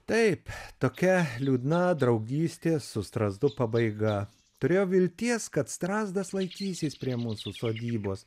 taip tokia liūdna draugystė su strazdu pabaiga turėjo vilties kad strazdas laikysis prie mūsų sodybos